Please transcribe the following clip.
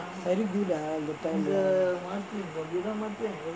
very good ah that time